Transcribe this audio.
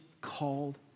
called